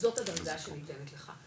זאת הדרגה שניתנת לך.